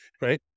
right